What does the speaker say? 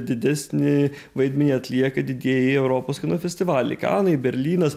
didesnį vaidmenį atlieka didieji europos kino festivaliai kanai berlynas